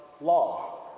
law